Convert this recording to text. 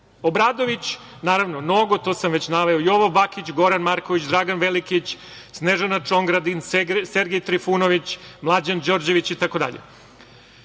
Obradović, naravno Nogo, Jovo Bakić, Goran Marković, Dragan Velikić, Snežana Čongradin, Sergej Trifunović, Mlađan Đorđević